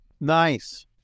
Nice